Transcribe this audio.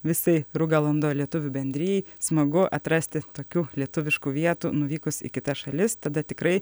visai rugalando lietuvių bendrijai smagu atrasti tokių lietuviškų vietų nuvykus į kitas šalis tada tikrai